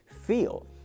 feel